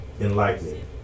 enlightening